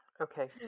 Okay